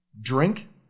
drink